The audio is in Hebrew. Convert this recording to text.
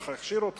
ככה הכשירו אותך.